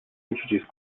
introduced